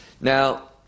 Now